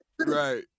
Right